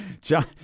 John